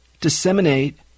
disseminate